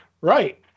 Right